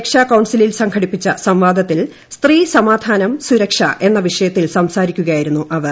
രക്ഷാ കൌൺസിൽ സംഘടിപ്പിച്ച സംവാദത്തിൽ സ്ത്രീ സമാധാനം സുരക്ഷ എന്ന വിഷയത്തിൽ സംസാരിക്കുകയായിരുന്നു അവർ